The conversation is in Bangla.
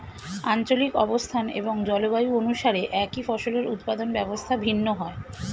আঞ্চলিক অবস্থান এবং জলবায়ু অনুসারে একই ফসলের উৎপাদন ব্যবস্থা ভিন্ন হয়